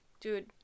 dude